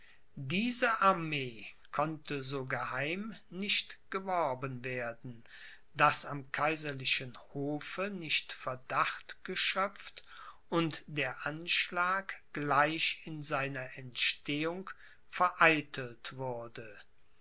diese armee konnte so geheim nicht geworben werden daß am kaiserlichen hofe nicht verdacht geschöpft und der anschlag gleich in seiner entstehung vereitelt wurde